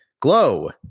glow